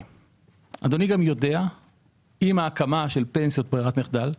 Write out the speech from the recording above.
אדוני גם יודע שעם ההקמה של פנסיות ברירת מחדל,